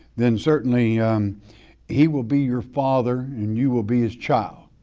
then certainly he will be your father and you will be his child.